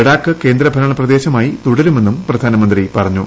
ലഡാക്ക് കേന്ദ്രഭരണപ്രദേശമായി തുടരുമെന്നും പ്രധാനമന്ത്രി പറഞ്ഞു